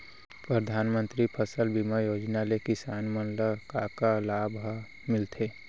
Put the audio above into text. परधानमंतरी फसल बीमा योजना ले किसान मन ला का का लाभ ह मिलथे?